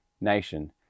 nation